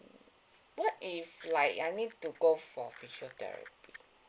what if like I need to go for physiotherapy